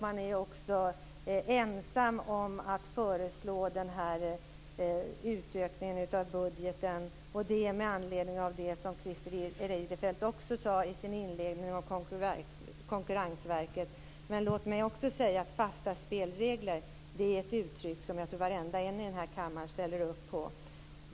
Man är också ensam om att föreslå den här utökningen av budgeten. Det är med anledning av det, som Christer Eirefelt också nämnde Konkurrensverket i sin inledning. Fasta spelregler är ett uttryck som jag tror att alla i den här kammaren ställer upp på.